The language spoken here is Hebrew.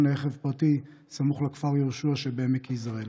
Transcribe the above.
לרכב פרטי סמוך לכפר יהושע שבעמק יזרעאל.